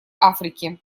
африки